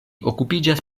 okupiĝas